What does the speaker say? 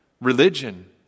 religion